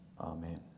Amen